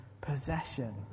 possession